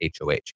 HOH